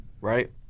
right